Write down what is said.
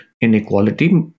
inequality